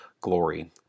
glory